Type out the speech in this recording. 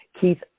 Keith